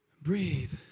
Breathe